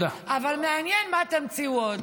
אבל מעניין מה תמציאו עוד.